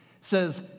says